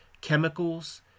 chemicals